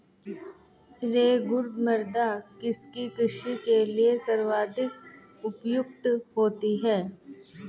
रेगुड़ मृदा किसकी कृषि के लिए सर्वाधिक उपयुक्त होती है?